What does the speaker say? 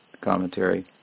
commentary